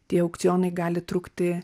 tie aukcionai gali trukti